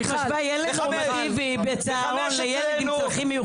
את משווה ילד נורמטיבי בצהרון לילד עם צרכים מיוחדים?